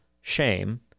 shame